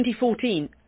2014